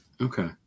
Okay